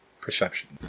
Perception